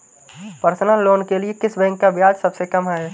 Personal loan के लिए किस बैंक का ब्याज सबसे कम है?